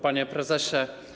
Panie Prezesie!